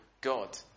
God